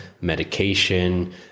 medication